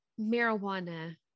marijuana